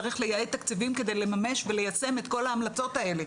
צריך לייעד תקציבים כדי לממש וליישם את כל ההמלצות האלה.